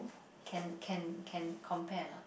can can can compare or not